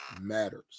matters